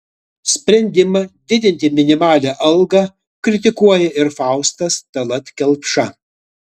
sprendimą didinti minimalią algą kritikuoja ir faustas tallat kelpša